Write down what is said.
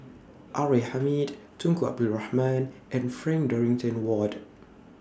R A Hamid Tunku Abdul Rahman and Frank Dorrington Ward